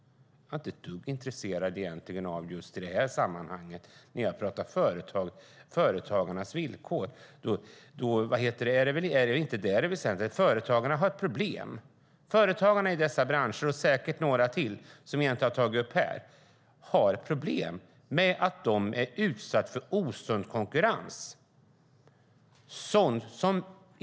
Jag är i det här sammanhanget inte ett dugg intresserad av detta, utan jag pratar om företagarnas villkor. Då är väl detta inte det väsentliga. Företagarna i dessa branscher - och säkert några till som jag inte har tagit upp här - har problem med att de är utsatta för osund konkurrens.